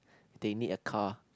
they need a car